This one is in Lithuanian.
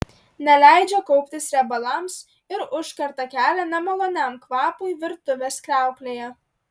neleidžia kauptis riebalams ir užkerta kelią nemaloniam kvapui virtuvės kriauklėje